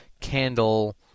Candle